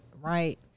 right